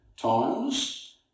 times